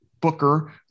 booker